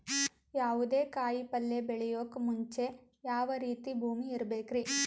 ಯಾವುದೇ ಕಾಯಿ ಪಲ್ಯ ಬೆಳೆಯೋಕ್ ಮುಂಚೆ ಯಾವ ರೀತಿ ಭೂಮಿ ಇರಬೇಕ್ರಿ?